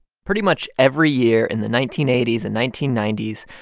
pretty much every year in the nineteen eighty s and nineteen ninety s,